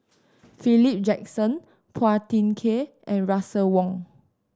Philip Jackson Phua Thin Kiay and Russel Wong